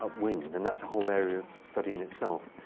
ah wind. and that's a whole area of study in itself.